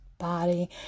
body